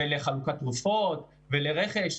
לחלוקת תרופות ולרכש.